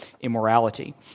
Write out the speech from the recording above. immorality